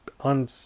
On